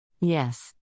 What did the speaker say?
Yes